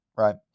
Right